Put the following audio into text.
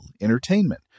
entertainment